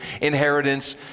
inheritance